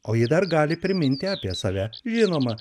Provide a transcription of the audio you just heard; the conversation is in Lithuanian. o ji dar gali priminti apie save žinoma